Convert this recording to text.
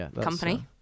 company